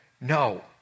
No